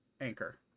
anchor